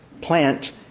plant